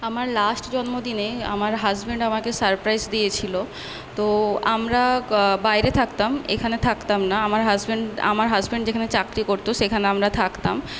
আমার লাস্ট জন্মদিনে আমার হাসবেন্ড আমাকে সারপ্রাইস দিয়েছিল তো আমরা বাইরে থাকতাম এখানে থাকতাম না আমার হাসবেন্ড আমার হাসবেন্ড যেখানে চাকরি করতো সেখানে আমরা থাকতাম